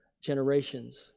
generations